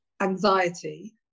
anxiety